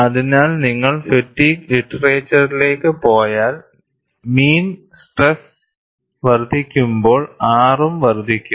അതിനാൽ നിങ്ങൾ ഫാറ്റിഗ്ഗ് ലിറ്ററേച്ചറിലേക്ക് പോയാൽ മീൻ സ്ട്രെസ് വർദ്ധിക്കുമ്പോൾ R ഉം വർദ്ധിക്കും